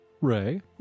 Ray